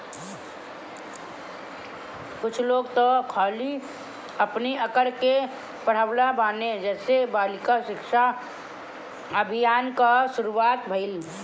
कुछ लोग तअ खाली अपनी लड़कन के पढ़ावत बाने जेसे बालिका शिक्षा अभियान कअ शुरुआत भईल